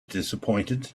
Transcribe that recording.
disappointed